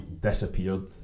disappeared